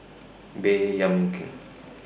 Baey Yam Keng